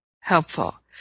helpful